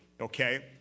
okay